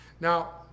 Now